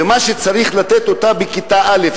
ומה שצריך לתת בכיתה א',